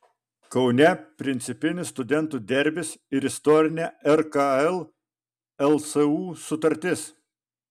kaune principinis studentų derbis ir istorinė rkl lsu sutartis